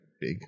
big